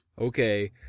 Okay